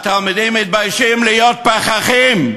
התלמידים מתביישים להיות פחחים.